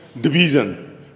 division